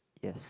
yes